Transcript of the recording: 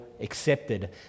accepted